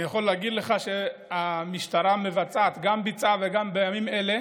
אני יכול להגיד לך שהמשטרה ביצעה וגם מבצעת בימים אלה,